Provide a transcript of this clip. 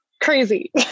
crazy